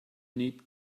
need